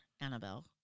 Annabelle